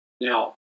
Now